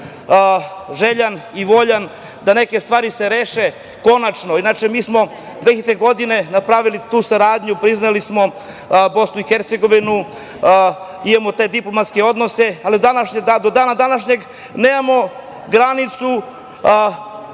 željan i voljan da neke stvari se reše konačno. Inače, mi smo 2000. godine napravili tu saradnju, priznali smo Bosnu i Hercegovinu, imamo te diplomatske odnose, ali do dana današnjeg nemamo